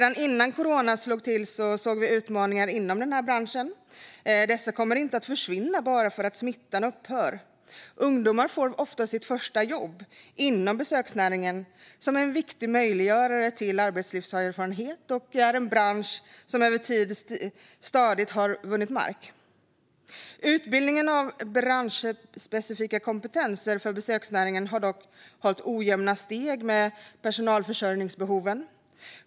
Det kommer att krävas många kloka beslut över tid från många parter för att den ska kunna återta förlorad mark och sedan växa. Ungdomar får ofta sitt första jobb inom besöksnäringen, som är en viktig möjliggörare av arbetslivserfarenhet och en bransch som över tid stadigt har vunnit mark. Utbildningen av branschspecifika kompetenser för besöksnäringen har dock inte hållit jämna steg med personalförsörjningsbehoven.